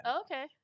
Okay